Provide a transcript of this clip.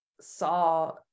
saw